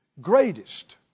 greatest